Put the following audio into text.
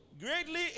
Greatly